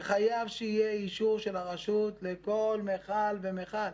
שחייב שיהיה אישור של הרשות לכל מכל ומכל.